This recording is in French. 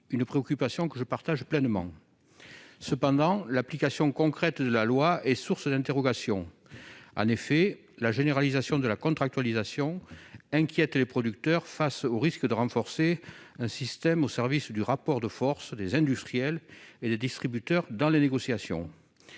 préoccupation que je partage pleinement. Cependant, l'application concrète de la loi suscite des interrogations. En effet, la généralisation de la contractualisation inquiète les producteurs. Ils craignent que le système ne renforce le rapport de force en faveur des industriels et des distributeurs dans les négociations.